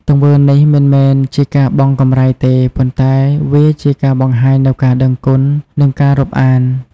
ទង្វើនេះមិនមែនជាការបង់កម្រៃទេ ប៉ុន្តែវាជាការបង្ហាញនូវការដឹងគុណ និងការរាប់អាន។